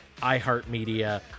iHeartMedia